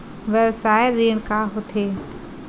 व्यवसाय ऋण का होथे?